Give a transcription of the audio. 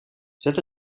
zet